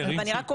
ואני רק אומרת,